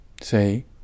say